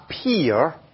appear